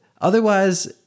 Otherwise